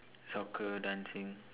soccer dancing